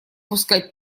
пускать